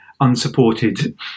unsupported